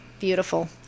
beautiful